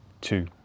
two